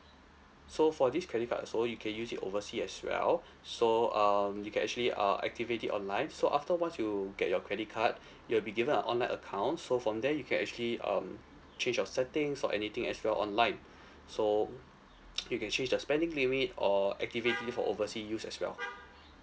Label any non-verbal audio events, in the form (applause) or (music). so for this credit card also you can use it oversea as well so um you can actually uh activate it online so after once you get your credit card you will be given a online account so from there you can actually um change your settings or anything as well online so (noise) you can change the spending limit or activate it for oversea use as well